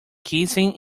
kissing